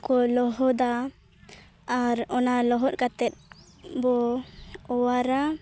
ᱠᱚ ᱞᱚᱦᱚᱫᱟ ᱟᱨ ᱚᱱᱟ ᱞᱚᱦᱚᱫ ᱠᱟᱛᱮᱫ ᱵᱚ ᱚᱣᱟᱨᱟ